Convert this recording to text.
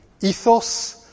ethos